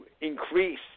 increase